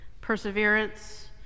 perseverance